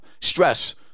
Stress